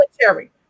military